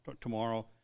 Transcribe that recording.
tomorrow